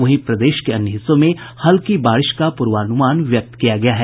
वहीं प्रदेश के अन्य हिस्सों में हल्की बारिश का पूर्वानुमान व्यक्त किया गया है